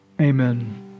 Amen